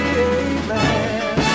amen